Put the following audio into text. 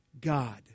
God